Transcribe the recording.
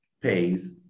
pays